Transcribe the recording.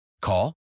Call